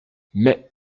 mais